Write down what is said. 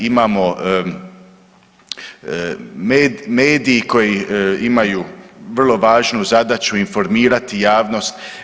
Imamo medij koji imaju vrlo važnu zadaću informirati javnost.